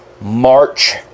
March